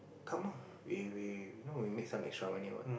come ah we we make some extra money